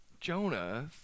Jonah